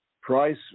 Price